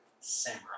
samurai